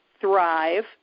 Thrive